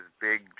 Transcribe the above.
big